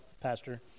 Pastor